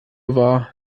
war